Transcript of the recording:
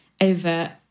over